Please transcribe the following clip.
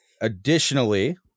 Additionally